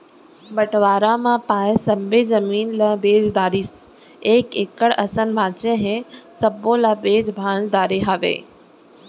बंटवारा म पाए सब्बे जमीन ल बेच डारिस एक एकड़ असन बांचे हे सब्बो ल बेंच भांज डरे हवय